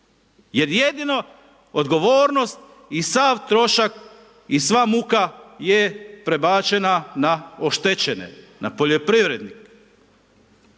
Jer jedino odgovornost i sav trošak i sva muka je prebačena na oštećene, na poljoprivrednike.